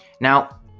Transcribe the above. Now